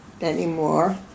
anymore